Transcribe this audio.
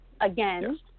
Again